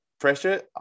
pressure